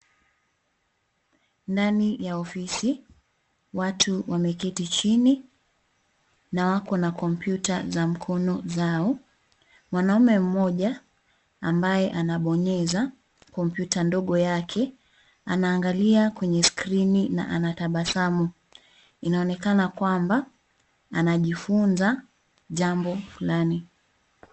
Ndani ya ofisi, watu wameketi chini na wako na kompyuta za mkono zao. Mwanaume mmoja ambaye anabonyeza kompyuta ndogo yake, anaangalia kwenye skrini na anatabasamu. Inaonekana kwamba anajifunza jambo fulani.